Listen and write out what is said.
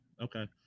Okay